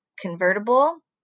convertible